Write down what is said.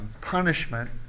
punishment